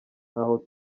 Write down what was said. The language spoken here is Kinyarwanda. ntaho